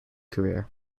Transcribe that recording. career